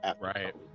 Right